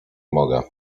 mogę